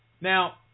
Now